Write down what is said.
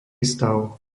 stav